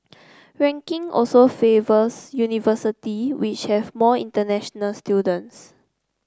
ranking also favours university which have more international students